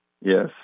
Yes